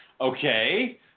Okay